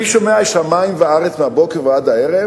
אני שומע שמים וארץ מהבוקר ועד הערב